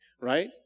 Right